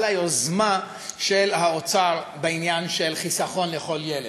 על היוזמה של האוצר בעניין של "חיסכון לכל ילד".